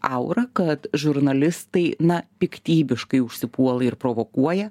aura kad žurnalistai na piktybiškai užsipuola ir provokuoja